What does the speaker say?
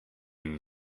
who